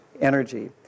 energy